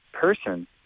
person